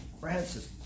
Francis